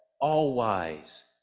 all-wise